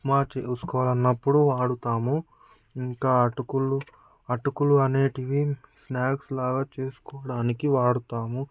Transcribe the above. ఉప్మా చేసుకోవాలని అన్నప్పుడు వాడుతాము ఇంకా అటుకులు అటుకులు అనేవి స్నాక్స్ లాగా చేసుకోవడానికి వాడుతాము